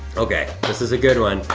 okay, this is a good one.